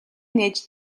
нээж